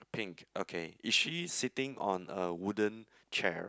pink okay is she sitting on a wooden chair